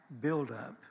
buildup